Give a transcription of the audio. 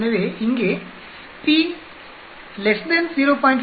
எனவே இங்கே p 0